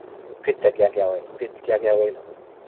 ꯐꯤꯠꯇ ꯀꯌꯥ ꯀꯌꯥ ꯑꯣꯏꯅꯣ ꯐꯤꯠ ꯀꯌꯥ ꯀꯌꯥ ꯑꯣꯏꯔꯤꯅꯣꯕ